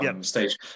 Stage